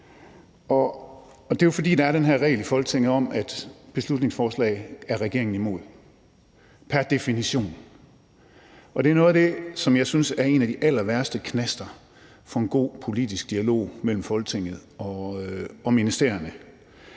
Det er jo, fordi der er den her regel i Folketinget om, at beslutningsforslag er regeringen imod pr. definition. Det er noget af det, som jeg synes er en af de allerværste knaster for en god politisk dialog mellem Folketinget og ministerierne.